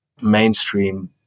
mainstream